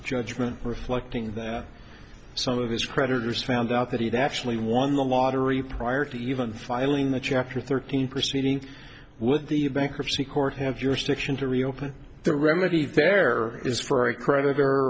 judgment reflecting that some of his creditors found out that he'd actually won the lottery prior to even file in the chapter thirteen proceeding with the bankruptcy court have jurisdiction to reopen the remedy there is for a creditor